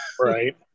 Right